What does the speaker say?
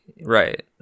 Right